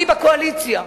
אני בקואליציה,